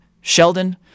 Sheldon